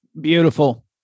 Beautiful